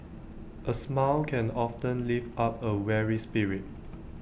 A smile can often lift up A weary spirit